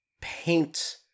paint